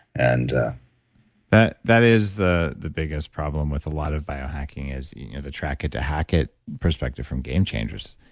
and that that is the the biggest problem with a lot of biohacking is you know the track it to hack it perspective from game changers.